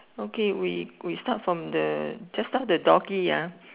okay we we start from the just now the doggie ah